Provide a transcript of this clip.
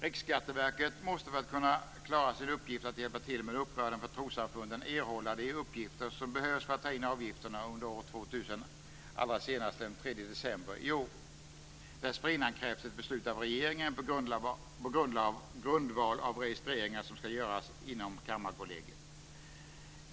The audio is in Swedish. Riksskatteverket måste för att kunna klara sin uppgift att hjälpa till med uppbörden för trossamfunden erhålla de uppgifter som behövs för att ta in avgifterna under år 2000 allra senast den 3 december i år. Dessförinnan krävs ett beslut av regeringen på grundval av registreringar som ska göras inom Kammarkollegiet.